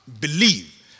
believe